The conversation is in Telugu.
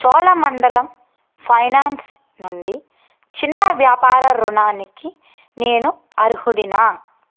చోళమండలం ఫైనాన్స్ నుండి చిన్న వ్యాపార రుణానికి నేను అర్హుడినా